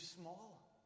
small